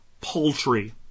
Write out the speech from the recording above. poultry